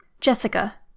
Jessica